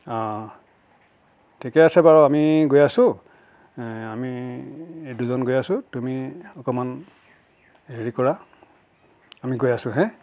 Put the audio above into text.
অঁ ঠিকে আছে বাৰু আমি গৈ আছো আমি এই দুজন গৈ আছো তুমি অকণমান হেৰি কৰা আমি গৈ আছো হে